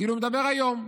כאילו הוא מדבר היום.